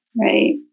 right